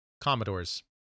Commodore's